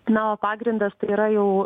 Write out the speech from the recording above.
na o pagrindas tai yra jau